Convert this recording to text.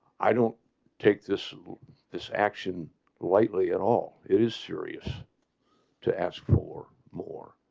i don't take this this action lightly at all. it is serious to ask for more